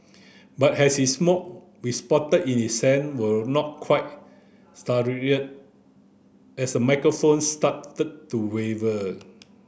but as he smoke we spotted his hand were not quite as the microphone started to waver